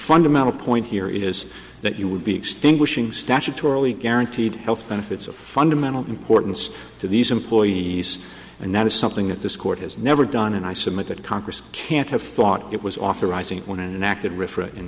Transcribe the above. fundamental point here is that you would be extinguishing statutorily guaranteed health benefits fundamental importance to these employees and that is something that this court has never done and i submit that congress can't have thought it was authorizing when an active refrain